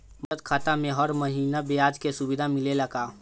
बचत खाता में हर महिना ब्याज के सुविधा मिलेला का?